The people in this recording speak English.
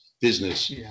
business